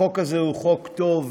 החוק הזה הוא חוק טוב,